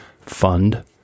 fund